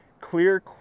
Clear